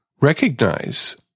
recognize